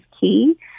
key